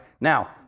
Now